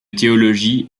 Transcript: théologie